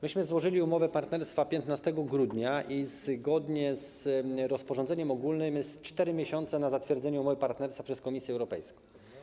Myśmy złożyli umowę partnerstwa 14 grudnia i zgodnie z rozporządzeniem ogólnym są 4 miesiące na zatwierdzenie umowy partnerstwa przez Komisję Europejską.